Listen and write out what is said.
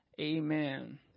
Amen